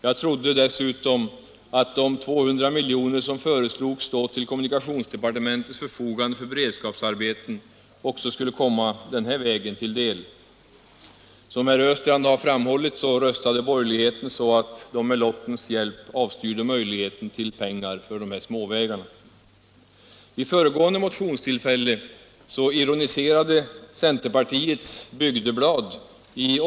Jag trodde dessutom att de 200 milj.kr. som föreslogs stå till kommunikationsdepartementets förfogande för beredskapsarbeten skulle komma också den här vägen till del. Som herr Östrand har framhållit röstade borgerligheten så att man med lottens hjälp avstyrde möjligheten till pengar för de här småvägarna.